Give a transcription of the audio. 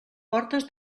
portes